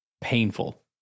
painful